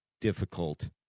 difficult